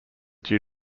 due